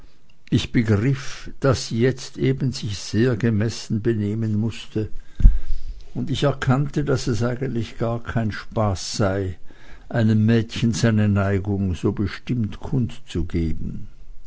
ich begriff daß sie jetzt eben sich sehr gemessen benehmen mußte und ich erkannte daß es eigentlich gar kein spaß sei einem mädchen seine neigung so bestimmt